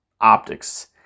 optics